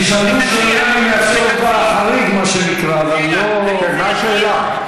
תשאלו שאלה, החריג, מה שנקרא, אבל לא, מה השאלה?